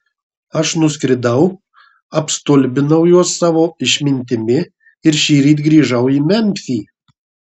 aš nuskridau apstulbinau juos savo išmintimi ir šįryt grįžau į memfį